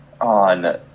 on